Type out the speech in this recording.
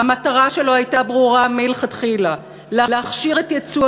והמטרה שלו הייתה ברורה מלכתחילה: להכשיר את ייצוא